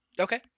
Okay